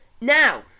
now